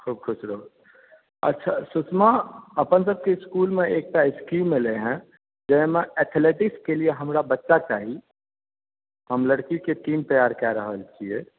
खूब खुश रहू अच्छा सुषमा अपनसबके इसकुलमे एकटा स्कीम एलै हैं जाहिमे एथलेटिक्स के लिए हमरा बच्चा चाही हम लड़की के टीम तैयार कए रहल छियै